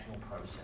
process